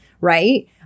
right